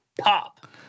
Pop